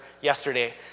yesterday